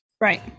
right